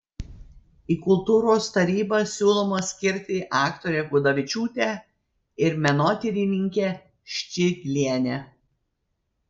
į kultūros tarybą siūloma skirti aktorę gudavičiūtę ir menotyrininkę ščiglienę